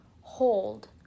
hold